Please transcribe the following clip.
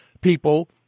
people